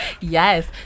Yes